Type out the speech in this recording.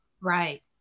Right